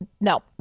No